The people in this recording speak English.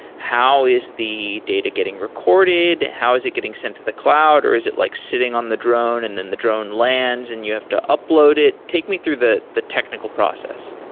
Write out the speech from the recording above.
how is the data getting recorded? how is it getting sent to the cloud? or is it like sitting on the drone and then the drone lands and you have to upload it? take me through the the technical process.